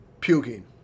puking